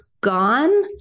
gone